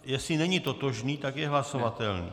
Jestli není totožný, tak je hlasovatelný.